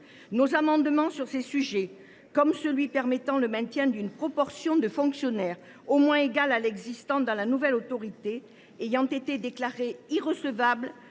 Nos amendements sur ces sujets – l’un d’eux prévoyait le maintien d’une proportion de fonctionnaires au moins égale à l’existant dans la nouvelle autorité – ont été déclarés irrecevables